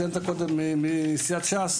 ציינת קודם מסיעת ש"ס,